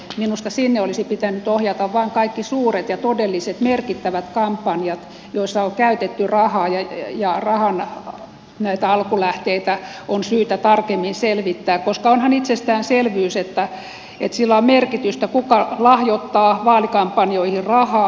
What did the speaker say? minusta sinne olisi pitänyt ohjata vain kaikki suuret ja todella merkittävät kampanjat joissa on käytetty rahaa ja joissa näitä rahan alkulähteitä on syytä tarkemmin selvittää koska onhan itsestäänselvyys että sillä on merkitystä kuka lahjoittaa vaalikampanjoihin rahaa